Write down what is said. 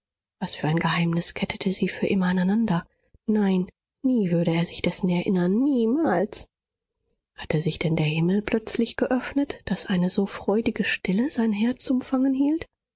was für ein geheimnis kettete sie für immer aneinander nein nie würde er sich dessen erinnern niemals hatte sich denn der himmel plötzlich geöffnet daß eine so freudige stille sein herz umfangen hielt